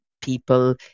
people